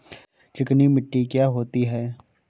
चिकनी मिट्टी क्या होती है?